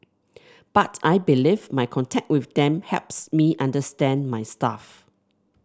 but I believe my contact with them helps me understand my staff